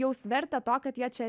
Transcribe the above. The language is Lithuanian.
jaus vertę to kad jie čia